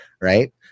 right